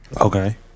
Okay